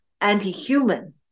anti-human